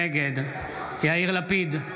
נגד יאיר לפיד,